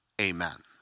amen